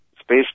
Space